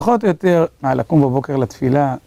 פחות או יותר, הלקום בבוקר לתפילה.